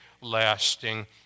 lasting